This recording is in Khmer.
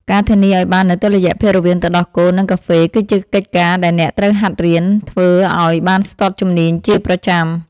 ការធានាឱ្យបាននូវតុល្យភាពរវាងទឹកដោះគោ និងកាហ្វេគឺជាកិច្ចការដែលអ្នកត្រូវហាត់រៀនធ្វើឱ្យបានស្ទាត់ជំនាញជាប្រចាំ។